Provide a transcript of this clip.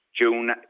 June